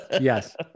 Yes